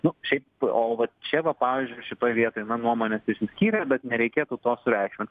nu šiaip o va čia va pavyzdžiui šitoj vietoj na nuomonės išsiskyrė bet nereikėtų to sureikšmint